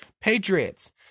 Patriots